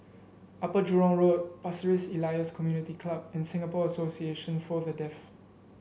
Upper Jurong Road Pasir Ris Elias Community Club and Singapore Association For The Deaf